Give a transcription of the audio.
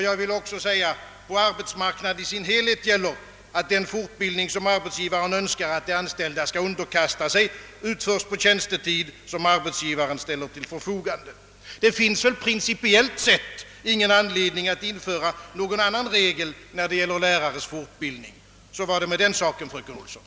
Jag vill också framhålla, att det för vår arbetsmarknad i dess helhet gäller, att den fortbildning, som arbetsgivaren önskar att de anställda skall underkasta sig, utförs på tjänstetid som arbetsgivaren ställer till förfogande. Det finns väl principiellt sätt ingen anledning att införa någon annan regel, när det gäller lärares fortbildning. Så var det med den saken, fröken Olsson.